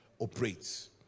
operates